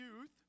youth